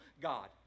god